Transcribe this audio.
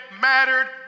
mattered